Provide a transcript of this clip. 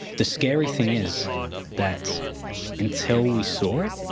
the scary thing is that until we saw it,